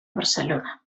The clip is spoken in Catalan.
barcelona